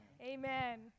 amen